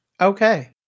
Okay